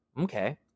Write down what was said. Okay